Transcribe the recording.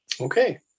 Okay